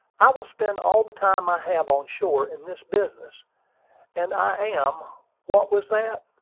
i will spend all the time i have on shore in this business and i am what was that?